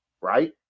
right